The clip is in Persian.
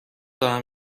دارم